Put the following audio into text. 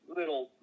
little